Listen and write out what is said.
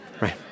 right